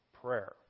prayer